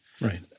Right